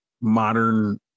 modern